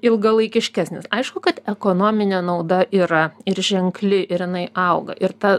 ilgalaikiškesnis aišku kad ekonominė nauda yra ir ženkli ir jinai auga ir ta